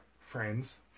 friend's